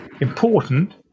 important